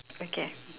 okay